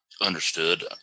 understood